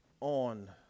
on